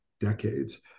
decades